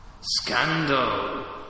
Scandal